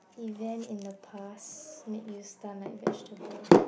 event in the past make you stun like vegetable